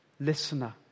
listener